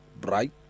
bright